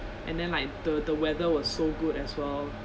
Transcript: and then like the the weather was so good as well